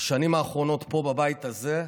בשנים האחרונות פה, בבית הזה,